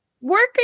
working